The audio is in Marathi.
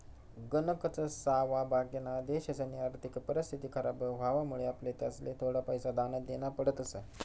गणकच सावा बाकिना देशसनी आर्थिक परिस्थिती खराब व्हवामुळे आपले त्यासले थोडा पैसा दान देना पडतस